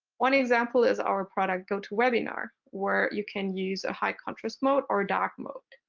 one example is our product gotowebinar, where you can use a high contrast mode or a dark mode.